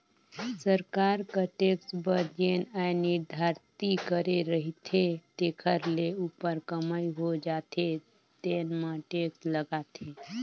सरकार कर टेक्स बर जेन आय निरधारति करे रहिथे तेखर ले उप्पर कमई हो जाथे तेन म टेक्स लागथे